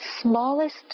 smallest